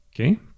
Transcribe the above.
okay